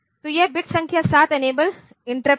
तो यह बिट संख्या 7 इनेबल इंटरप्ट है